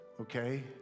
Okay